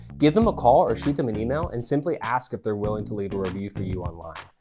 give them a call or shoot them an email and simply ask if they're willing to leave a review for you online.